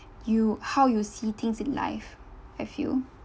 you how you see things in life I feel